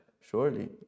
surely